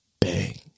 Bang